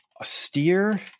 austere